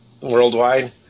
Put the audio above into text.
Worldwide